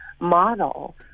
model